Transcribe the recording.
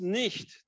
nicht